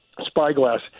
Spyglass